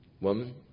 Woman